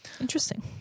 Interesting